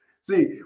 See